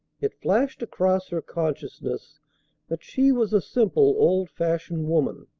it flashed across her consciousness that she was a simple, old-fashioned woman,